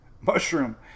mushroom